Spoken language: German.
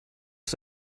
ist